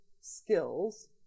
skills